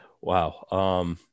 Wow